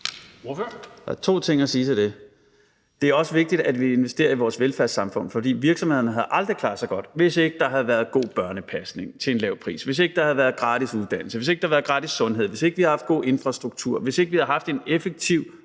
Der er to ting at sige til det. Det er også vigtigt, at vi investerer i vores velfærdssamfund, for virksomhederne havde aldrig klaret det så godt, hvis ikke der havde været god børnepasning til en lav pris, hvis ikke der havde været gratis uddannelse, hvis ikke der havde været gratis sundhed, hvis ikke vi havde haft god infrastruktur, hvis ikke vi havde haft en effektiv,